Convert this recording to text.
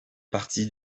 partie